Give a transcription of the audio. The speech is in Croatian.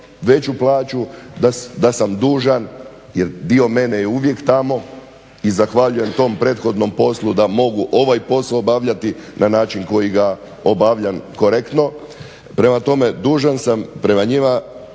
veću plaću, da sam dužan jer dio mene je uvijek tamo i zahvaljujem tom prethodnom poslu da mogu ovaj posao obavljati na način koji ga obavljam, korektno. Prema tome, dužan sam prema njima